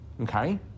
Okay